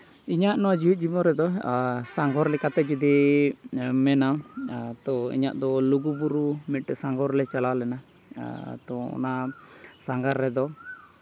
ᱤᱧᱟᱹᱜ ᱱᱚᱣᱟ ᱡᱮᱣᱮᱫ ᱡᱤᱵᱚᱱ ᱨᱮᱫᱚ ᱥᱟᱸᱜᱷᱟᱨ ᱞᱮᱠᱟᱛᱮ ᱡᱩᱫᱤ ᱢᱮᱱᱟᱢ ᱛᱳ ᱤᱧᱟᱹᱜ ᱫᱚ ᱞᱩᱜᱩᱼᱵᱩᱨᱩ ᱢᱤᱫᱴᱮᱡ ᱥᱟᱸᱜᱷᱟᱨ ᱞᱮ ᱪᱟᱞᱟᱣ ᱞᱮᱱᱟ ᱛᱳ ᱚᱱᱟ ᱥᱟᱸᱜᱷᱟᱨ ᱨᱮᱫᱚ